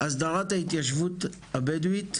הסדרת ההתיישבות הבדואית.